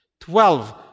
Twelve